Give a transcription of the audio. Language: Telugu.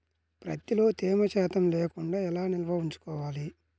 ప్రత్తిలో తేమ శాతం లేకుండా ఎలా నిల్వ ఉంచుకోవాలి?